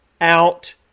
out